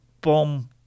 bomb